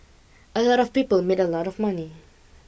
a lot of people made a lot of money